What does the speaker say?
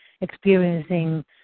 experiencing